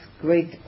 great